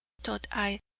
thought i,